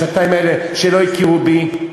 בשנתיים האלה שלא הכירו בי,